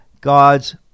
God's